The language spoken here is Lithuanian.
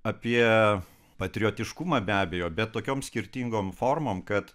apie patriotiškumą be abejo bet tokiom skirtingom formom kad